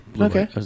Okay